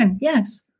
Yes